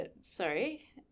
sorry